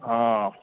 हँ